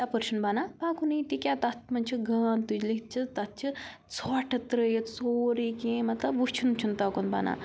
تَپٲرۍ چھُنہٕ بَنان پَکُن ییٚتہِ کیٛاہ تَتھ منٛز چھِ گاند تُج لِتھ چھِ تَتھ چھِ ژھۄٹھ ترٲیِتھ سورُے کینٛہہ مطلب وٕچھُن چھُنہٕ تَکُن بَنان